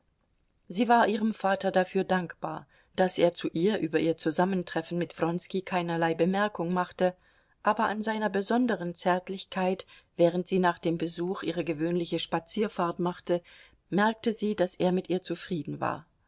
sie war ihrem vater dafür dankbar daß er zu ihr über ihr zusammentreffen mit wronski keinerlei bemerkung machte aber an seiner besonderen zärtlichkeit während sie nach dem besuch ihre gewöhnliche spazierfahrt machte merkte sie daß er mit ihr zufrieden war